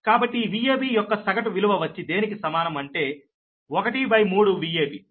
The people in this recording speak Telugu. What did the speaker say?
కాబట్టి Vab యొక్క సగటు విలువ వచ్చి దేనికి సమానం అంటే 13 Vab